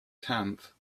tenth